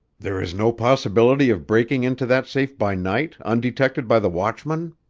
there is no possibility of breaking into that safe by night, undetected by the watchman?